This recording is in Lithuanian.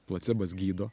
placebas gydo